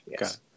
yes